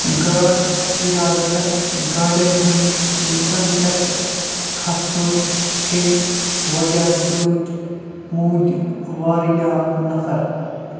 غٲر اِرادَتَن گاڑٮ۪ن ہُنٛد لُکن پٮ۪ٹھٕ كھَسنہٕ کِن وجہ سۭتۍ موُدۍ واریاہ نَفر